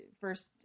first